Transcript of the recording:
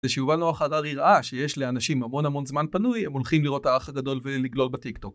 זה שיובל נוח הררי ראה שיש לאנשים המון המון זמן פנוי הם הולכים לראות האח הגדול ולגלול בטיק-טוק